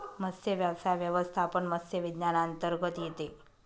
मत्स्यव्यवसाय व्यवस्थापन मत्स्य विज्ञानांतर्गत येते